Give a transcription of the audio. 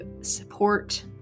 support